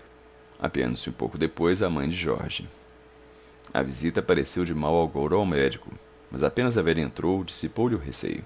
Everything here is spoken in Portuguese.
carro apeando se pouco depois a mãe de jorge a visita pareceu de mau agouro ao médico mas apenas a velha entrou dissipou lhe o receio